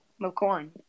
McCorn